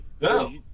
No